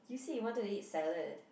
you said you wanted to eat salad